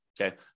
okay